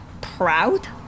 proud